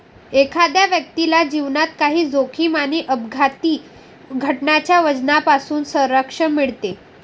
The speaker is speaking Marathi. एखाद्या व्यक्तीला जीवनात काही जोखीम आणि अपघाती घटनांच्या वजनापासून संरक्षण मिळते